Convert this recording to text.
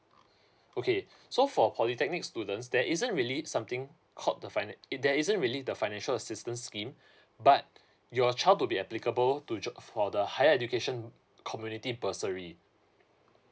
okay so for polytechnic students there isn't really something called the finanace there isn't really the financial assistance scheme but your child to be applicable to join for the higher education community bursary